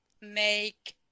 make